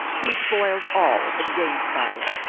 he spoils all and gains by it.